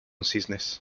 cisnes